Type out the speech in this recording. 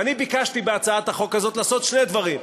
ואני ביקשתי בהצעת החוק הזאת לעשות שני דברים: